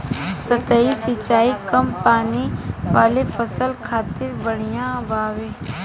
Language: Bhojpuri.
सतही सिंचाई कम पानी वाला फसल खातिर बढ़िया बावे